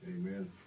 Amen